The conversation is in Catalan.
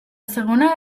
segona